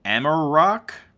amarok,